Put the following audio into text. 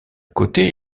côté